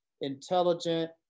intelligent